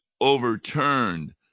overturned